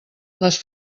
les